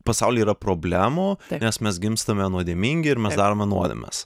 pasaulyje yra problemų nes mes gimstame nuodėmingi ir mes darome nuodėmes